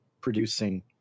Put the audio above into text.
producing